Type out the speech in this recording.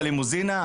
הלימוזינה,